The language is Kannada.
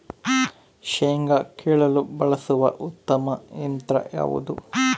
ಶೇಂಗಾ ಕೇಳಲು ಬಳಸುವ ಉತ್ತಮ ಯಂತ್ರ ಯಾವುದು?